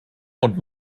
und